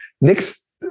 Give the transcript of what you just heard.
Next